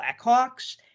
Blackhawks